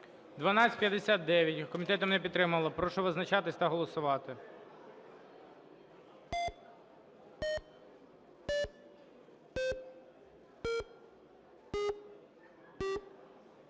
Комітет її не підтримав. Прошу визначатись та голосувати.